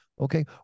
Okay